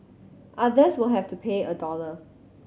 others will have to pay a dollar